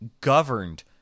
governed